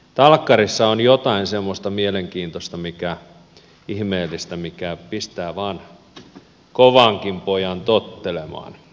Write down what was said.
talkkarissa on jotain semmoista mielenkiintoista ihmeellistä mikä pistää vaan kovankin pojan tottelemaan